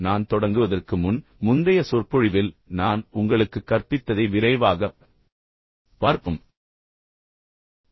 நான் உண்மையில் தொடங்குவதற்கு முன் முந்தைய சொற்பொழிவில் நான் உங்களுக்குக் கற்பித்ததை விரைவாகப் பார்ப்போம்